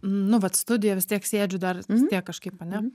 nu vat studija vis tiek sėdžiu dar vis tiek kažkaip ane